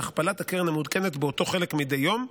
והכפלת הקרן המעודכנת באותו חלק מדי יום.